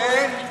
כן.